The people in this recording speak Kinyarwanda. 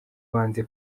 banze